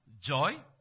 joy